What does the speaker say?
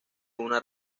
una